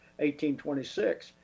1826